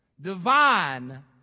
divine